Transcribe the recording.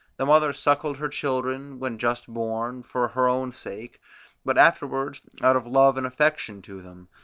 the mother suckled her children, when just born, for her own sake but afterwards out of love and affection to them,